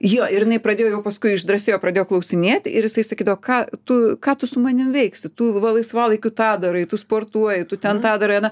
jo ir jinai pradėjo jau paskui išdrąsėjo pradėjo klausinėt ir jisai sakydavo ką tu ką tu su manim veiksi tu va laisvalaikiu tą darai tu sportuoji tu ten tą darai aną